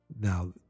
Now